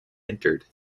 entered